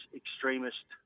extremist